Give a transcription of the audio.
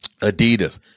Adidas